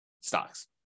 stocks